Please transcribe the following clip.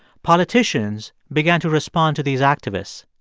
politicians began to respond to these activists.